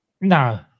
No